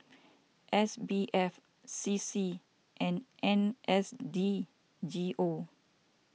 S B F C C and N S D G O